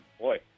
boy